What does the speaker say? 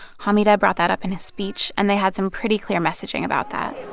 hamideh brought that up in his speech. and they had some pretty clear messaging about that